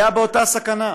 אז היה באותה סכנה.